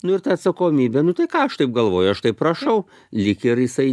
nu ir ta atsakomybė nu tai ką aš taip galvoju aš taip rašau lyg ir jisai